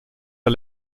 der